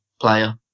player